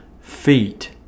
feet